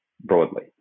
broadly